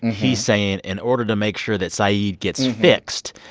he's saying, in order to make sure that saeed gets fixed,